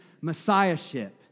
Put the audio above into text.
messiahship